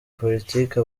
politiki